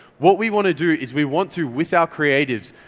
what we want to do is we want to, with our creatives,